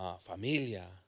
familia